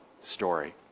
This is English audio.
story